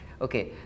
Okay